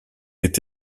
est